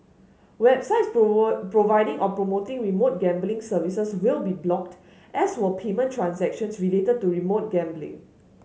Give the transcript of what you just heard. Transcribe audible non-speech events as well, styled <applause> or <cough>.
websites <unintelligible> providing or promoting remote gambling services will be blocked as will payment transactions related to remote gambling